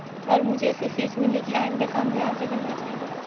اور مجھے اس سے سیکھ ملی کہ آئندہ کام دھیان سے کرنا چاہیے